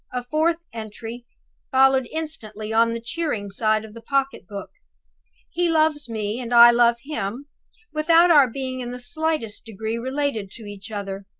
a fourth entry followed instantly on the cheering side of the pocket-book he loves me, and i love him without our being in the slightest degree related to each other.